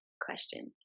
question